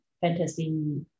fantasy